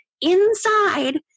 inside